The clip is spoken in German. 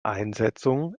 einsetzung